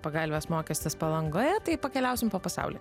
pagalvės mokestis palangoje tai pakeliausim po pasaulį